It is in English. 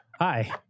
Hi